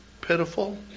pitiful